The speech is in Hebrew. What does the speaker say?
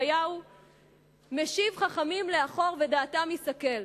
ישעיהו: משיב חכמים לאחור ודעתם יסכל.